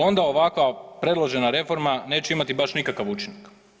Onda ovakva predložena reforma neće imati baš nikakav učinak.